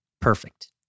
Perfect